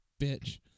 bitch